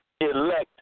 elect